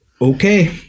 okay